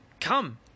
Come